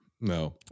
No